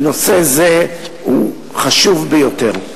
כי נושא זה חשוב ביותר.